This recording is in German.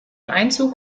einzug